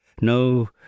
No